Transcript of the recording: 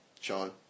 Sean